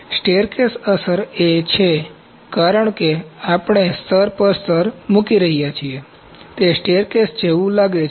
staircase અસર એ છે કારણ કે આપણે સ્તર પર એક સ્તર મૂકી રહ્યા છીએ તે સ્ટેરકેસ જેવું લાગે છે